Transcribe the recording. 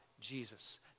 Jesus